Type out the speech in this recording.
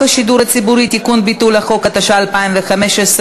הציבורי (תיקון, ביטול החוק), התשע"ה 2015,